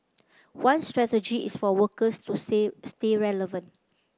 one strategy is for workers to say stay relevant